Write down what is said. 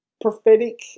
prophetic